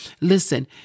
Listen